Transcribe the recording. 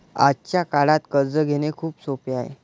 आजच्या काळात कर्ज घेणे खूप सोपे आहे